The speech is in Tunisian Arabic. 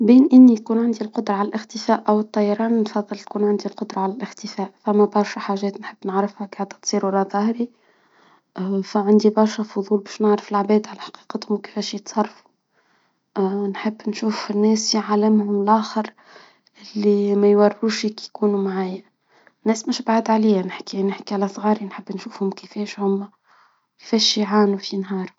بين اني يكون عندي القدرة على الاختفاء او الطيران منفضل يكون عندي القدرة على الاختفاء. فما تعرفش حاجات نحب نعرفها كادتصير ورا ضهري هادي اه فعندي فضول باش نعرف العباد على حقيقتهم وكيفاش يتصرفوا. اه نحب نشوف الناس في عالمهم لاخر. اللي ما يوروشي كي يكون ناس مش هتعاد عليا نحكي نحكي على صغاري نحب نشوفهم كيفاش هما